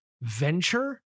Venture